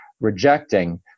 rejecting